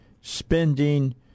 spending